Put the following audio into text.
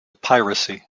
piracy